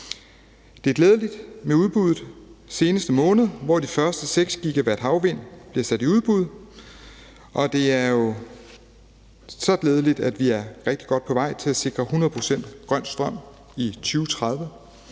Det er glædeligt med udbuddet den seneste måned, hvor de første 6 GW havvind er blevet sat i udbud. Og det er jo så glædeligt, at vi er rigtig godt på vej til at sikre 100 pct. grøn strøm i 2030.